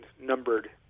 numbered